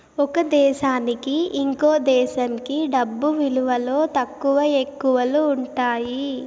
ఒక దేశానికి ఇంకో దేశంకి డబ్బు విలువలో తక్కువ, ఎక్కువలు ఉంటాయి